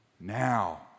now